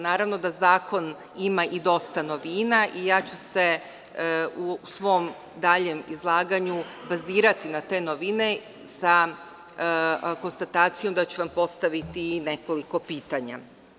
Naravno da zakon ima i dosta novina i ja ću se u svom daljem izlaganju bazirati na te novine sa konstatacijom da ću vam postaviti i nekoliko pitanja.